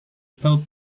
bell